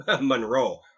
Monroe